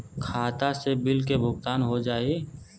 खाता से बिल के भुगतान हो जाई?